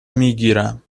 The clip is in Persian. میگیرم